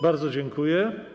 Bardzo dziękuję.